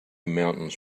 mountains